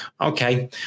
okay